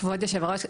כבוד היושב ראש,